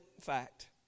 fact